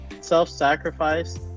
self-sacrifice